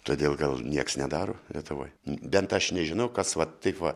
todėl gal nieks nedaro lietuvoj bent aš nežinau kas va taip va